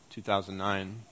2009